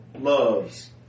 loves